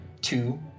two